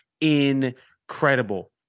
incredible